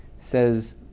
says